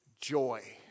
joy